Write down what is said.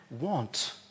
want